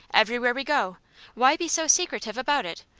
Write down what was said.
everywhere we go why be so secretive about it?